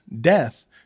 death